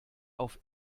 auf